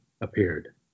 appeared